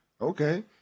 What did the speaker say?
Okay